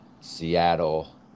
Seattle